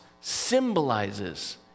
symbolizes